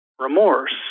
remorse